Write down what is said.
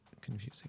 confusing